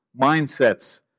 mindsets